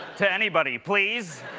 to anybody, please.